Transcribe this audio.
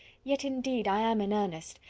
yet, indeed, i am in earnest.